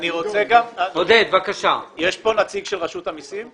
נמצא כאן נציג של רשות המסים?